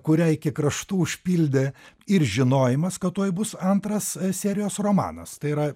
kurią iki kraštų užpildė ir žinojimas kad tuoj bus antras serijos romanas tai yra